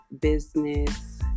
business